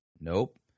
Nope